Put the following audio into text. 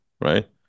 right